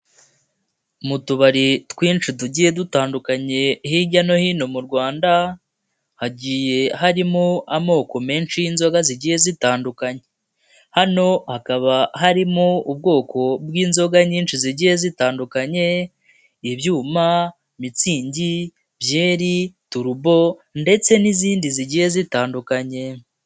Mu tubari twinshi tugiye dutandukanye hirya no hino mu Rwanda hagiye harimo amoko menshi y'inzoga zigiye zitandukanye, hano hakaba harimo ubwoko bw'inzoga nyinshi zigiye zitandukanye, ibyuma, mitsingi, byeri, turubo ndetse n'izindi zigiye zitandukanye.